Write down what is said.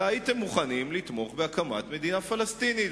אלא הייתם מוכנים לתמוך בהקמת מדינה פלסטינית.